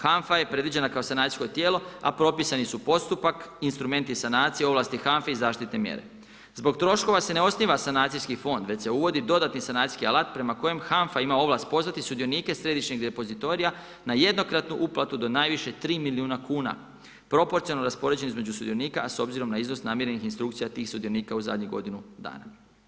HANFA je predviđena kao sanacijsko tijelo, a propisani su postupak, instrumenti sanacije, ovlasti HANFA-e i zaštitne mjere. zbog troškova se ne osniva sanacijski fond, već se uvodi dodatni sanacijski alat prema kojem HANFA ima ovlast pozvati sudionike središnjeg depozitorija na jednokratnu uplatu do najviše tri milijuna kuna proporcionalno raspoređeno između sudionika, a s obzirom na iznos namijenjenih instrukcija tih sudionika u zadnjih godinu dana.